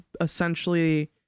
essentially